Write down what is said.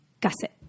Gusset